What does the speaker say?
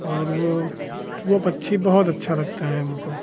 और वह तो वह पक्षी बहुत अच्छा लगता है हमको